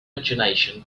imgination